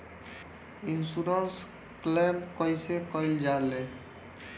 Insurance claim कइसे कइल जा ले?